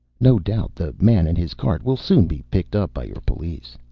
no doubt the man and his cart will soon be picked up by your police.